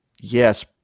Yes